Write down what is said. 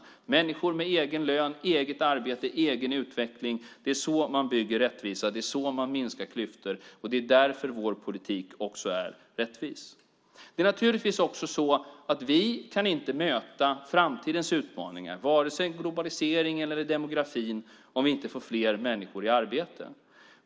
Det är med människor med egen lön, eget arbete och egen utveckling som man bygger rättvisa. Det är så man minskar klyftor. Det är därför vår politik också är rättvis. Vi kan inte möta framtidens utmaningar, vare sig globaliseringen eller demografin, om vi inte får fler människor i arbete.